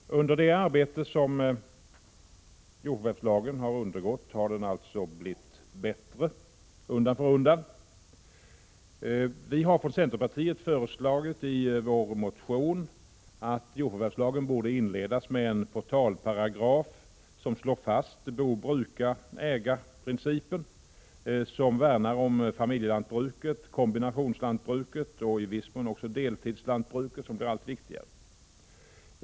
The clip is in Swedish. Under arbetets gång har jordförvärvslagen alltså blivit bättre undan för undan. Vi har från centerpartiets sida föreslagit i vår motion att jordförvärvslagen skall inledas med en portalparagraf, som slår fast bo-bruka-ägaprincipen och som värnar om familjelantbruket, kombinationslantbruket och i viss mån också deltidsjordbruket, som blir allt viktigare.